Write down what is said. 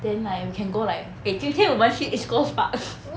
then like we can go like eh 今天我们去 easy coast park